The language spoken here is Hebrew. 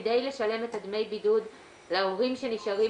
כדי לשלם את דמי הבידוד להורים שנשארים